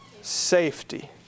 safety